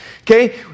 okay